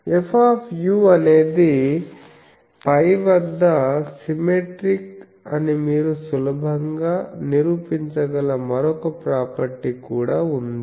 F అనేది π వద్ద symmetric అని మీరు సులభంగా నిరూపించగల మరొక ప్రాపర్టీ కూడా ఉంది